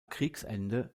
kriegsende